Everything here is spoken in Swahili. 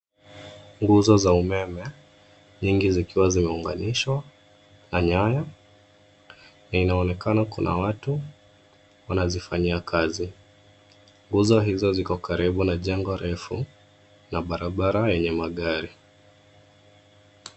Nguzo za umeme, nyingi zikiwa zimeunganishwa na nyaya na inaonekana kuna watu wanazifanyia kazi. Nguzo hizo ziko karibu na jengo refu na barabara yenye magari.